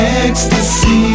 ecstasy